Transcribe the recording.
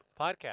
Podcast